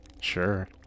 Sure